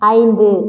ஐந்து